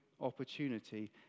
opportunity